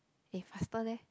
eh faster leh